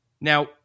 now